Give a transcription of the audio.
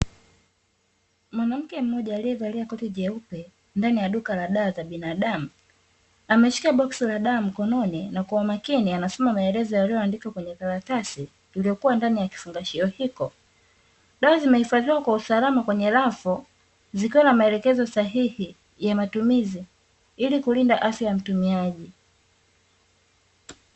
Mwanamke mmoja aliyevalia koti jeupe, ndani ya duka la dawa za binadamu, ameshika boksi la dawa mkononi, na kwa umakini anasoma maelezo yaliyoandikwa kwenye karatasi, iliyokuwa ndani ya kifungashio hiko. Dawa zimehifadhiwa kwa usalama kwenye rafu, zikiwa na maelekezo sahihi ya matumizi, ili kulinda afya ya mtumiaji.